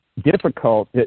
difficult